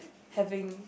having